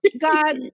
God